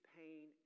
pain